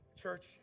Church